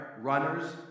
Runners